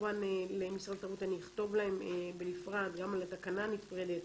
למשרד התרבות אני אכתוב בנפרד גם על התקנה הנפרדת.